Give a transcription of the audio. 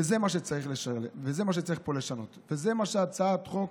וזה מה שצריך פה לשנות, וזה מה שהצעת החוק